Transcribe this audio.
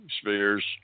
spheres